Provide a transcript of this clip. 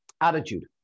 attitude